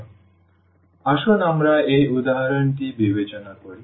সুতরাং আসুন আমরা এই উদাহরণটি বিবেচনা করি